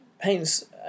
paints